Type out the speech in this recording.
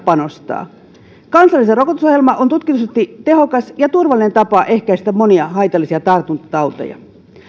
panostaa kansallinen rokotusohjelma on tutkitusti tehokas ja turvallinen tapa ehkäistä monia haitallisia tartuntatauteja